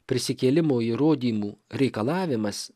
prisikėlimo įrodymų reikalavimas